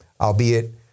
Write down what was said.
albeit